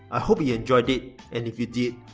ah hope you you enjoyed it and if you did,